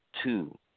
Two